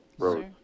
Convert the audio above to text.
Right